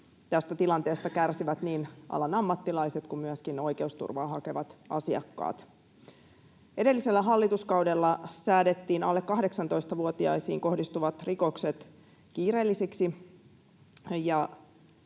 Tästä tilanteesta kärsivät niin alan ammattilaiset kuin myöskin oikeusturvaa hakevat asiakkaat. Edellisellä hallituskaudella säädettiin alle 18-vuotiaisiin kohdistuvat rikokset kiireellisiksi.